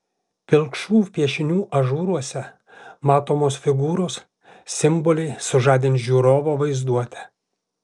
pilkšvų piešinių ažūruose matomos figūros simboliai sužadins žiūrovo vaizduotę